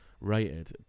rated